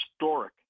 historic